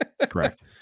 Correct